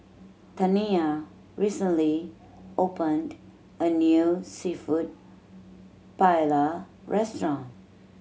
Taniya recently opened a new Seafood Paella Restaurant